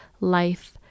life